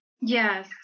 Yes